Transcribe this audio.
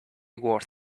worth